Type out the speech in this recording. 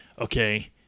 okay